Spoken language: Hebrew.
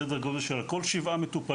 סדר גודל של על כל שבעה מטופלים